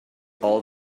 all